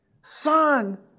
Son